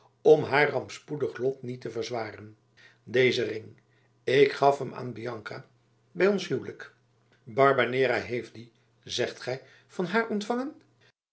om haar rampspoedig lot niet te verzwaren deze ring ik gaf hem aan bianca bij ons huwelijk barbanera heeft dien zegt gij van haar ontvangen